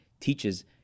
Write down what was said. teaches